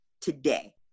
today